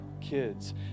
kids